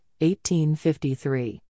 1853